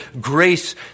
grace